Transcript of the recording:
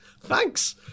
thanks